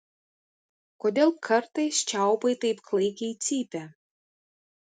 kodėl kartais čiaupai taip klaikiai cypia